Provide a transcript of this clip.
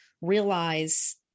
realize